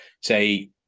say